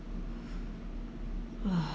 !wah!